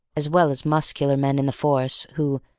as well as muscular men in the force who,